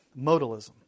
Modalism